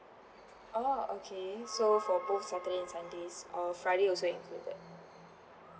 oh okay so for both saturday and sundays or friday also included